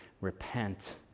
repent